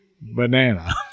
Banana